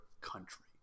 country